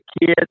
kids